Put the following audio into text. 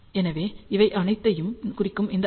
எனவே இவை அனைத்தையும் குறிக்கும் இந்த ஐ